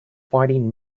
fighting